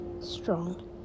strong